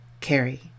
Carrie